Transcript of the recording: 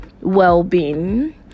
well-being